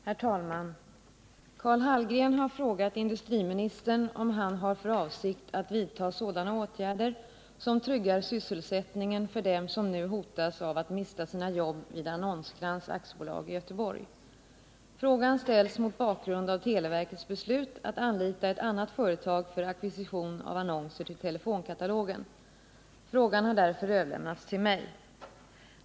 Herr talman! Karl Hallgren har frågat industriministern om han har för avsikt att vidta sådana åtgärder som tryggar sysselsättningen för dem som nu hotas av att mista sina jobb vid Annons-Krantz AB i Göteborg. Frågan ställs mot bakgrund av televerkets beslut att anlita ett annat företag för ackvisition av annonser till telefonkatalogen. Frågan har därför överlämnats till mig.